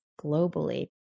globally